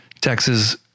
Texas